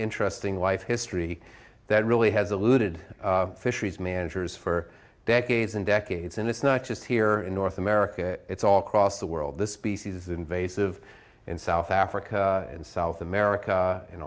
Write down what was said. interesting life history that really has eluded fisheries managers for decades and decades and it's not just here in north america it's all across the world the species that invasive in south africa and south america in